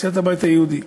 סיעת הבית היהודי.